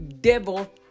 devil